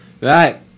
Right